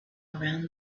around